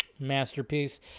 Masterpiece